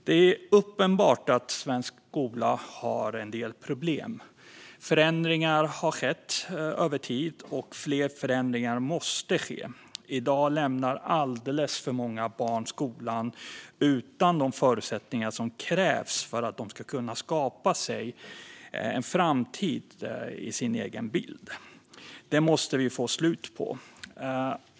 Det är uppenbart att svensk skola har en del problem. Förändringar har skett över tid, och fler förändringar måste ske. I dag lämnar alldeles för många barn skolan utan de förutsättningar som krävs för att de ska kunna skapa sig en egen bild av sin framtid. Det måste vi få slut på.